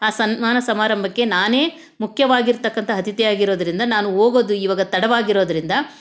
ಆ ಸನ್ಮಾನ ಸಮಾರಂಭಕ್ಕೆ ನಾನೇ ಮುಖ್ಯವಾಗಿರತಕ್ಕಂಥ ಅತಿಥಿಯಾಗಿರೋದರಿಂದ ನಾನು ಹೋಗೋದು ಇವಾಗ ತಡವಾಗಿರೋದರಿಂದ